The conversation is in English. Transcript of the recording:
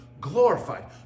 glorified